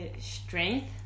strength